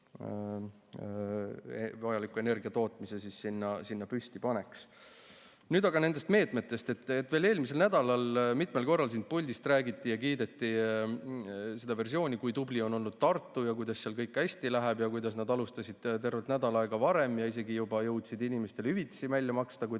vajaliku energiatootmise seal püsti paneks. Nüüd aga nendest meetmetest. Veel eelmisel nädalal siit puldist mitmel korral kiideti seda versiooni, kui tubli on olnud Tartu, kuidas seal kõik hästi läheb, kuidas nad alustasid tervelt nädal aega varem ja isegi juba jõudsid inimestele hüvitisi välja maksta, kui